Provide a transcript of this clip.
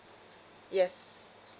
yes